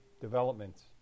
developments